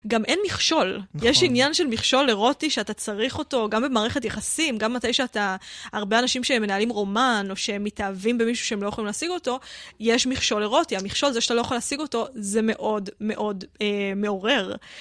גם אין מכשול, יש עניין של מכשול אירוטי שאתה צריך אותו, גם במערכת יחסים, גם מתי שאתה... הרבה אנשים שמנהלים רומן או שהם מתאהבים במישהו שהם לא יכולים להשיג אותו, יש מכשול אירוטי, המכשול הזה שאתה לא יכול להשיג אותו, זה מאוד מאוד מעורר.